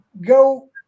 go